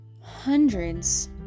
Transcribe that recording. hundreds